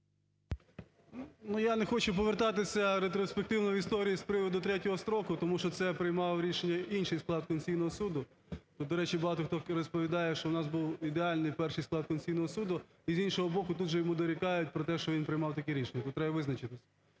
Я не хочу повертатися ретроспективно в історію з приводу третього строку, тому що це приймав рішення інший склад Конституційного Суду. Тут, до речі, багато хто розповідає, що в нас був ідеальний перший склад Конституційного Суду і, з іншого боку, тут же йому дорікають про те, що він приймав таке рішення, тут треба визначитися,